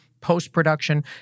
post-production